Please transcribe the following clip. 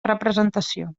representació